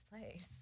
place